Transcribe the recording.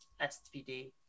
SPD